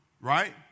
right